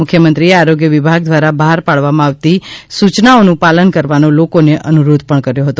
મુખ્યમંત્રીએ આરોગ્ય વિભાગ ધ્વારા બહાર પાડવામાં આવતી સુચનાઓનું પાલન કરવાનો લોકોને અનુરોધ પણ કર્યો હતો